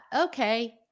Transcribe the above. Okay